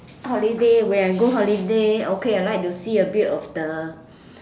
holiday when I go holiday okay I like to see a bit of the